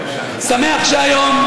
של עושק ואלימות כנגד אזרחים